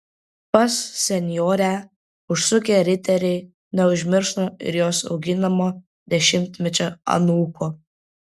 pas senjorę užsukę riteriai neužmiršo ir jos auginamo dešimtmečio anūko